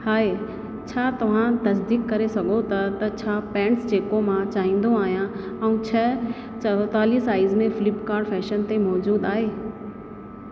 हाय छा तव्हां तसदीक करे सघो था त छा पैंट्स जेको मां चाहींदो आहियां ऐं छह चौहतालीह साइज़ में फ़्लिपकार्ट फैशन ते मौजूदु आहे